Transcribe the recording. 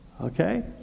Okay